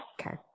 Okay